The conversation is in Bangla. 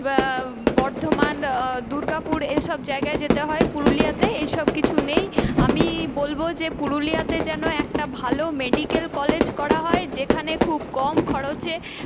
বা বর্ধমান দুর্গাপুর এই সব জায়গায় যেতে হয় পুরুলিয়াতে এই সব কিছু নেই আমি বলবো যে পুরুলিয়াতে যেন একটা ভালো মেডিকেল কলেজ করা হয় যেখানে খুব কম খরচে